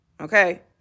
Okay